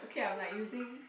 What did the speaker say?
okay I'm like using